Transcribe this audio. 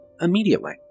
immediately